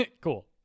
Cool